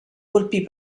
colpì